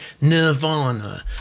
nirvana